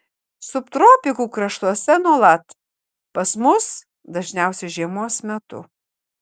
subtropikų kraštuose nuolat pas mus dažniausiai žiemos metu